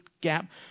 gap